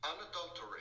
unadulterated